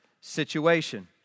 situation